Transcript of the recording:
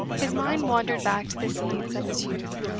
his mind wandered back to the scenes of his youth.